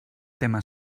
tema